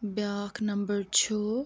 بیٛاکھ نمبر چھُ